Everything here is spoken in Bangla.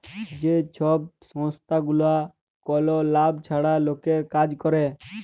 যে ছব সংস্থাগুলা কল লাভ ছাড়া লকের কাজ ক্যরে